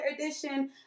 edition